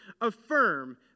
affirm